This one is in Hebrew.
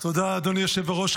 תודה, אדוני היושב בראש.